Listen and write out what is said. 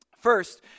First